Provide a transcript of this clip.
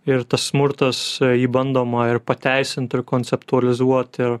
ir tas smurtas jį bandoma ir pateisint ir konceptualizuot ir